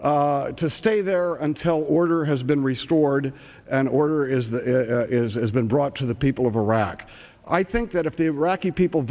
to stay there until order has been restored an order is that has been brought to the people of iraq i think that if the iraqi people